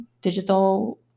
digital